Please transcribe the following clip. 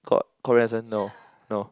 got no no